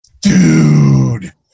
dude